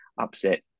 upset